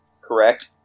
Correct